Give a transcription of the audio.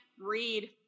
read